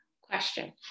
question